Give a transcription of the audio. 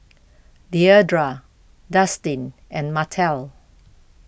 Deidra Dustin and Martell